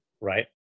Right